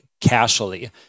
casually